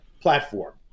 platform